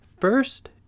First